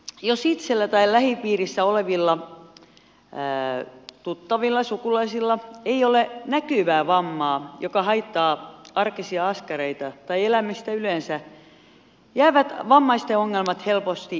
jos itsellä tai lähipiirissä olevilla tuttavilla sukulaisilla ei ole näkyvää vammaa joka haittaa arkisia askareita tai elämistä yleensä jäävät vammaisten ongelmat helposti etäisiksi